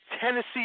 Tennessee